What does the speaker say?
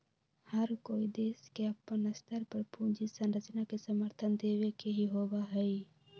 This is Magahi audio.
हर कोई देश के अपन स्तर पर पूंजी संरचना के समर्थन देवे के ही होबा हई